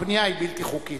שהבנייה היא בלתי חוקית.